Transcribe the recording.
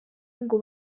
ngo